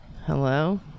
Hello